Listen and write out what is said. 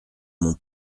mon